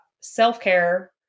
self-care